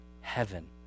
heaven